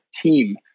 team